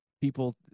people